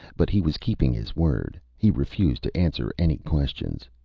but he was keeping his word. he refused to answer any questions.